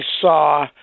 saw